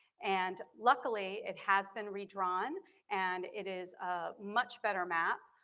and luckily it has been redrawn and it is a much better map,